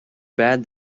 bad